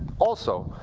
also,